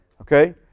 okay